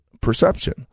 perception